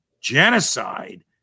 genocide